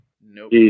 Nope